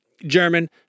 german